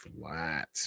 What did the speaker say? flat